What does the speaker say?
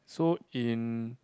so in